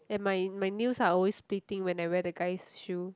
and my my nails are always splitting when I wear the guys shoe